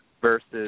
versus